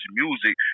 music